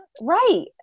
Right